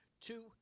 Two